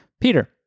Peter